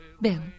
Bill